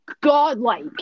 godlike